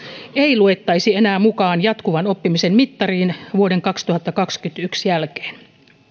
ei luettaisi enää mukaan jatkuvan oppimisen mittariin vuoden kaksituhattakaksikymmentäyksi jälkeen